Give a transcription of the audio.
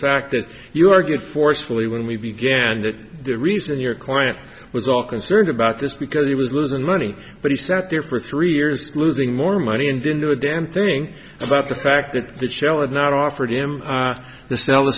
fact that you argued forcefully when we began that the reason your client was all concerned about this because he was losing money but he sat there for three years losing more money and didn't do a damn thing about the fact that that shell of not offered him the cell